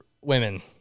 women